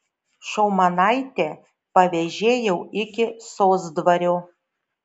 šaumanaitę pavėžėjau iki sosdvario